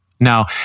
Now